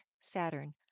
Saturn